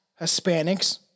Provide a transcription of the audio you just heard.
Hispanics